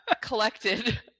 collected